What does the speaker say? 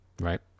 Right